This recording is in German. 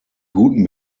guten